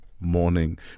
morning